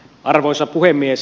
arvoisa puhemies